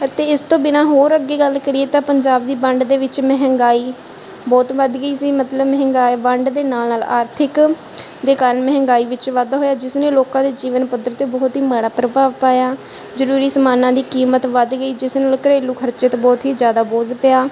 ਅਤੇ ਇਸ ਤੋਂ ਬਿਨਾਂ ਹੋਰ ਅੱਗੇ ਗੱਲ ਕਰੀਏ ਤਾਂ ਪੰਜਾਬ ਦੀ ਵੰਡ ਦੇ ਵਿੱਚ ਮਹਿੰਗਾਈ ਬਹੁਤ ਵੱਧ ਗਈ ਸੀ ਮਤਲਬ ਮਹਿੰਗਾ ਵੰਡ ਦੇ ਨਾਲ ਨਾਲ ਆਰਥਿਕ ਦੇ ਕਾਰਨ ਮਹਿੰਗਾਈ ਵਿੱਚ ਵਾਧਾ ਹੋਇਆ ਜਿਸ ਨੇ ਲੋਕਾਂ ਦੇ ਜੀਵਨ ਪੱਧਰ 'ਤੇ ਬਹੁਤ ਹੀ ਮਾੜਾ ਪ੍ਰਭਾਵ ਪਾਇਆ ਜ਼ਰੂਰੀ ਸਮਾਨਾਂ ਦੀ ਕੀਮਤ ਵੱਧ ਗਈ ਜਿਸ ਨਾਲ ਘਰੇਲੂ ਖਰਚੇ 'ਤੇ ਬਹੁਤ ਹੀ ਜ਼ਿਆਦਾ ਬੋਝ ਪਿਆ